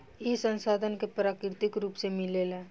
ई संसाधन के प्राकृतिक रुप से मिलेला